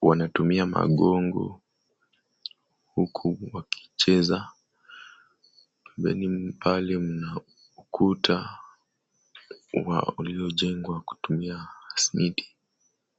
Wanatumia magongo huku wakicheza. Mbeleni pale mna ukuta uliojengwa kwa kutumia simiti.